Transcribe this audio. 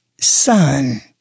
son